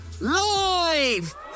Live